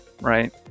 right